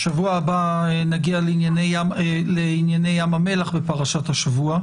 בשבוע הבא נגיע לענייני ים המלח בפרשת השבוע.